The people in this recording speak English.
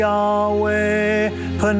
Yahweh